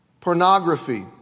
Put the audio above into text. pornography